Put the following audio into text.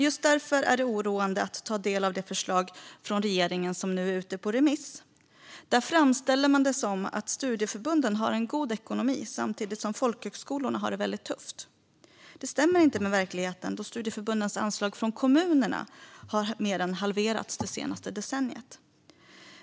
Just därför är det oroande att ta del av det förslag från regeringen som nu är ute på remiss. Där framställer man det som att studieförbunden har god ekonomi samtidigt som folkhögskolorna har det väldigt tufft. Det stämmer inte med verkligheten, då studieförbundens anslag från kommunerna mer än halverats det senaste decenniet.